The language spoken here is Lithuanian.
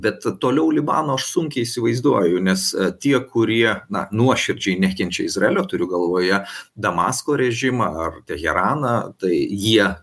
bet toliau libano aš sunkiai įsivaizduoju nes tie kurie na nuoširdžiai nekenčia izraelio turiu galvoje damasko režimą ar teheraną tai jie